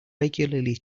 regularly